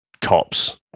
cops